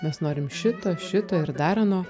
mes norim šito šito ir dar ano